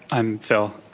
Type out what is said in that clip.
i'm phil.